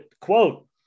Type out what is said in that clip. quote